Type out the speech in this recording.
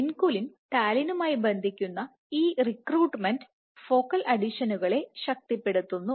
vinculin ടാലിനുമായി ബന്ധിക്കുന്നഈ recruitment focal അഡിഷനുകളെ ശക്തിപ്പെടുത്തുന്നു